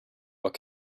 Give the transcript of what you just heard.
what